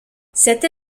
cette